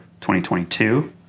2022